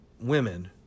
women